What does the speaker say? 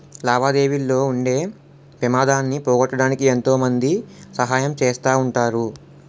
లావాదేవీల్లో ఉండే పెమాదాన్ని పోగొట్టడానికి ఎంతో మంది సహాయం చేస్తా ఉంటారు